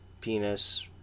penis